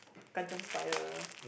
kanchion spider